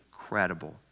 incredible